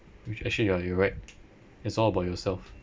which actually yeah you're right it's all about yourself